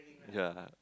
ya